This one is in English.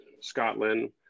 Scotland